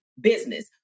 Business